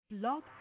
Love